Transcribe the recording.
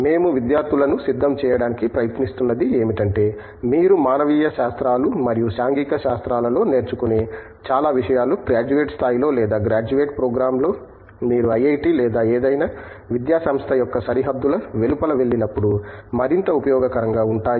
మేము విద్యార్థులను సిద్ధం చేయడానికి ప్రయత్నిస్తున్నది ఏమిటంటే మీరు మానవీయ శాస్త్రాలు మరియు సాంఘిక శాస్త్రాలలో నేర్చుకునే చాలా విషయాలు గ్రాడ్యుయేట్ స్థాయిలో లేదా గ్రాడ్యుయేట్ ప్రోగ్రామ్లో మీరు ఐఐటి లేదా ఏదైనా విద్యా సంస్థ యొక్క సరిహద్దుల వెలుపల వెళ్ళినప్పుడు మరింత ఉపయోగకరంగా ఉంటాయి